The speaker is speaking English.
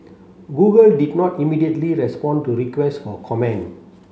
Google did not immediately respond to request for comment